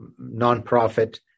nonprofit